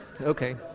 Okay